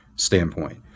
standpoint